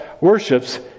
worships